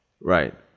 Right